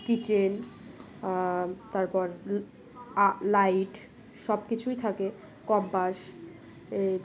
kitchen তারপর light সব কিছুই থাকে কম্পাস এই